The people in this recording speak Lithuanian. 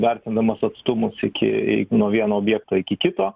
vertindamas atstumus iki i nuo vieno objekto iki kito